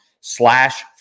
slash